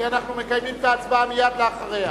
כי אנחנו מקיימים את ההצבעה מייד אחריה.